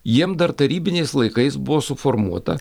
jiem dar tarybiniais laikais buvo suformuota